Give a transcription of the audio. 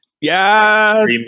Yes